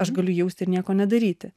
aš galiu jausti nieko nedaryti